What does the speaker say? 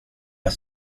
att